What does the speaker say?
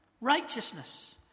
righteousness